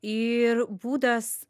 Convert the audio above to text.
ir būdas